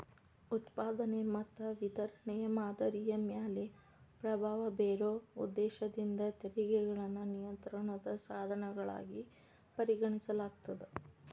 ಉತ್ಪಾದನೆ ಮತ್ತ ವಿತರಣೆಯ ಮಾದರಿಯ ಮ್ಯಾಲೆ ಪ್ರಭಾವ ಬೇರೊ ಉದ್ದೇಶದಿಂದ ತೆರಿಗೆಗಳನ್ನ ನಿಯಂತ್ರಣದ ಸಾಧನಗಳಾಗಿ ಪರಿಗಣಿಸಲಾಗ್ತದ